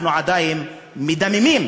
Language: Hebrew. אנחנו עדיין מדממים